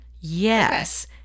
Yes